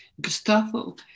Gustavo